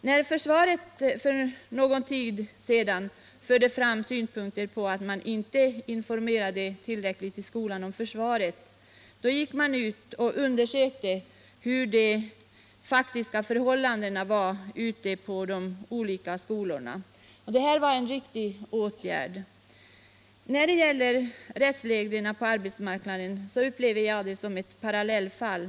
När försvaret för någon tid sedan framförde synpunkter på att man i skolan inte informerade tillräckligt om försvaret gick man ut och undersökte de faktiska förhållandena i olika skolor. Det var en riktig åtgärd. Och rättsreglerna på arbetsmarknaden upplever jag som ett parallellfall.